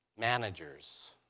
Managers